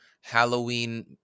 Halloween